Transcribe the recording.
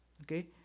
Okay